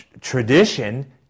tradition